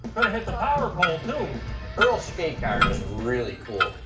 but hit the power pole too. earl's skate car is really cool,